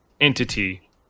entity